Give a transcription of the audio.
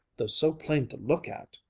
though so plain to look at.